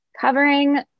covering